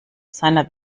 seiner